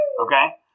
Okay